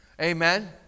Amen